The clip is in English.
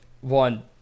one